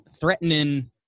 threatening